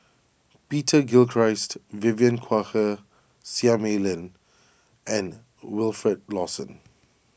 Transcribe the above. Peter Gilchrist Vivien Quahe Seah Mei Lin and Wilfed Lawson